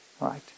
right